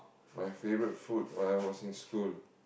my favourite food when I was in school